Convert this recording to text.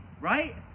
right